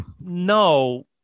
no